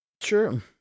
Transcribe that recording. True